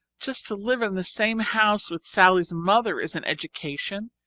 just to live in the same house with sallie's mother is an education.